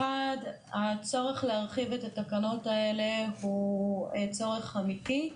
אחד הצורך להרחיב את התקנות האלה הוא צורך אמיתי,